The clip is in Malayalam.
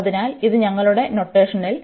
അതിനാൽ ഇത് ഞങ്ങളുടെ നൊട്ടേഷനിൽ ആണ്